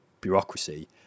bureaucracy